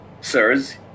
sirs